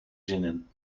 zinnen